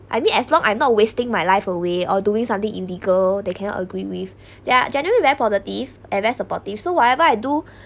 I mean as long I'm not wasting my life away or doing something illegal they cannot agree with they are generally very positive and very supportive so whatever I do